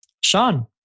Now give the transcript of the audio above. Sean